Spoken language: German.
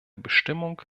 bestimmung